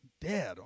dead